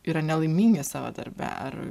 yra nelaimingi savo darbe ar